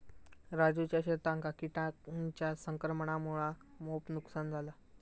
राजूच्या शेतांका किटांच्या संक्रमणामुळा मोप नुकसान झाला